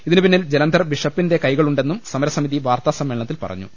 ഇതിനുപിന്നിൽ ജലന്ധർ ബിഷപ്പിന്റെ കൈകളുണ്ടെന്നും സമ രസമിതി വാർത്താസമ്മേളനത്തിൽ പറഞ്ഞു